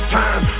time